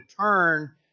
turn